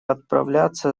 отправляться